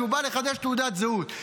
כשהוא בא לחדש תעודת זהות.